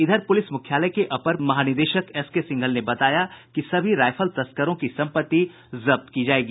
इधर पुलिस मुख्यालय के अपर महानिदेशक एसके सिंघल ने बताया कि सभी राइफल तस्करों की सम्पत्ति जब्त की जायेगी